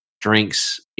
drinks